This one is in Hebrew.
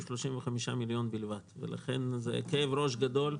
35 מיליון שקל בלבד ולכן זה כאב ראש גדול.